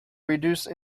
reduce